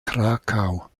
krakau